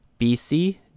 BC